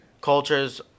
cultures